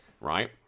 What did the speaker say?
right